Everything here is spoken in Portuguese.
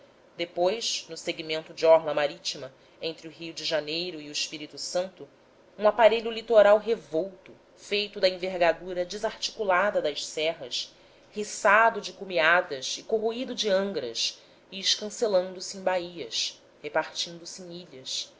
depois no segmento de orla marítima entre o rio de janeiro e o espírito santo um aparelho litoral revolto feito da envergadura desarticulada das serras riçado de cumeadas e corroído de angras e escancelando se em baías e repartindo-se em ilhas